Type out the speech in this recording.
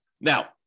Now